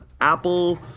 Apple